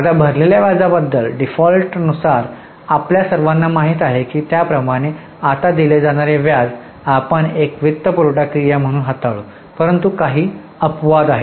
आता भरलेल्या व्याज बद्दल डीफॉल्टनुसार आपल्या सर्वांना माहित आहे त्याप्रमाणे आता दिले जाणारे व्याज आपण एक वित्तपुरवठा क्रिया म्हणून हाताळू परंतु काही अपवाद आहेत